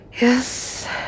yes